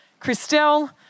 Christelle